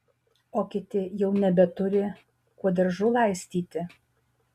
o kiti jau nebeturi kuo daržų laistyti